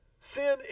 Sin